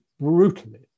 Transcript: brutally